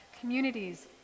communities